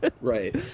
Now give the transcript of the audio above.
Right